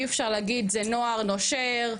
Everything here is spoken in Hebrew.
אי אפשר להגיד זה נוער נושר,